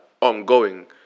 ongoing